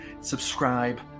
subscribe